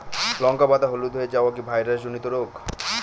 লঙ্কা পাতা হলুদ হয়ে যাওয়া কি ভাইরাস জনিত রোগ?